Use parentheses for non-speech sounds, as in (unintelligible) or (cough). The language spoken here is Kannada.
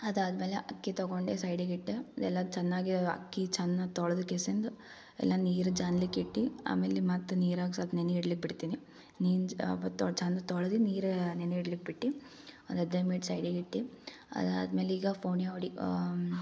ಅದಾದ್ಮೇಲೆ ಅಕ್ಕಿ ತಗೊಂಡೆ ಸೈಡಿಗಿಟ್ಟು ಎಲ್ಲ ಚೆನ್ನಾಗಿ ಅಕ್ಕಿ ಚೆನ್ನಾಗ್ ತೋಳೆದ್ಗಿಸೇಂದು ಎಲ್ಲ ನೀರು ಜಾನ್ಲಿಕ್ಕಿಟ್ಟು ಆಮೇಲೆ ಮತ್ತು ನೀರಾಗೆ ಸ್ವಲ್ಪ ನೆನೆಯಿಡ್ಲಿಕ್ಕೆ ಬಿಡ್ತೀನಿ (unintelligible) ಚಂದ ತೊಳ್ದಿದ್ದು ನೀರು ನೆನೆಯಿಡ್ಲಿಕ್ಕೆ ಬಿಟ್ಟು ಒಂದು ಹದಿನೈದು ಮಿನಿಟ್ಸ್ ಸೈಡಿಗೆ ಇಟ್ಟು ಅದಾದ್ಮೇಲೆ ಈಗ ಫೋನೆಉಡಿ